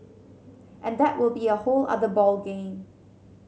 and that will be a whole other ball game